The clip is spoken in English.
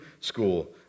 school